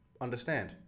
understand